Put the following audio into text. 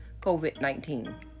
COVID-19